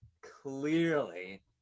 clearly